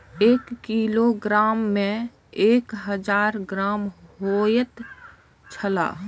एक किलोग्राम में एक हजार ग्राम होयत छला